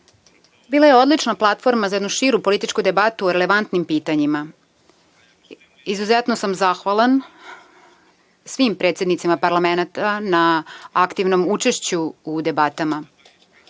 bila je odlična platforma za jednu širu političku debatu o relevantnim pitanjima. Izuzetno sam zahvalan svim predsednicima parlamenata na aktivnom učešću u debatama,